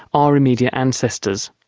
our immediate ancestors.